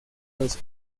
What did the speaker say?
los